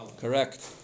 Correct